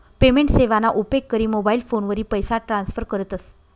payment सेवाना उपेग करी मोबाईल फोनवरी पैसा ट्रान्स्फर करतस